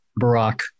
Barack